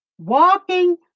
Walking